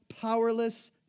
powerless